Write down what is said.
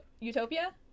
utopia